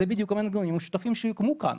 אלה בדיוק המנגנונים המשותפים שיוקמו כאן.